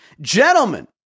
Gentlemen